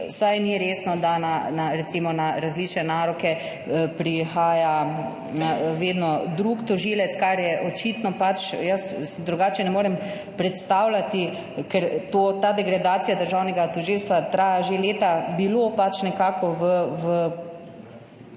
saj ni resno, da recimo na različne naroke prihaja vedno drug tožilec, kar je očitno – pač, jaz si drugače ne morem predstavljati, ker ta degradacija državnega tožilstva traja že leta – bilo pač nekako, ne